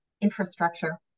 infrastructure